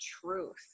truth